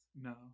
No